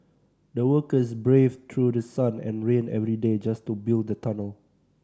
the workers braved through the sun and rain every day just to build the tunnel